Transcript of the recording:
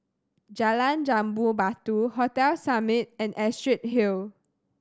Jalan Jambu Batu Hotel Summit and Astrid Hill